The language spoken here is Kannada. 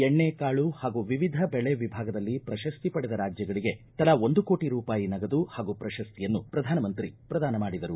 ಎಣ್ಣ ಕಾಳು ಹಾಗೂ ವಿವಿಧ ಬೆಳೆ ವಿಭಾಗದಲ್ಲಿ ಪ್ರಕಸ್ತಿ ಪಡೆದ ರಾಜ್ದಗಳಿಗೆ ತಲಾ ಒಂದು ಕೋಟ ರೂಪಾಯಿ ನಗದು ಹಾಗೂ ಪ್ರಶಸ್ತಿಯನ್ನು ಪ್ರಧಾನಮಂತ್ರಿ ಪ್ರದಾನ ಮಾಡಿದರು